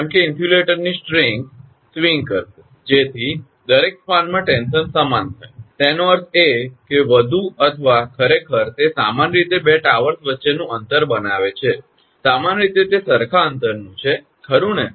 કેમ કે ઇન્સ્યુલેટરની સ્ટ્રીંગ્સ સ્વિંગ કરશે જેથી દરેક સ્પાનમાં ટેન્શન સમાન થાય તેનો અર્થ એ કે વધુ અથવા ખરેખર તે સામાન્ય રીતે બે ટાવર્સ વચ્ચેનું અંતર બનાવે છે સામાન્ય રીતે તે સરખા અંતરનું છે ખરુ ને